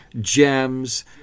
gems